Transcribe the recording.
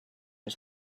his